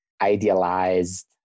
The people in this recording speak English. idealized